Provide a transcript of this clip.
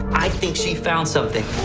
i think she found something.